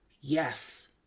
yes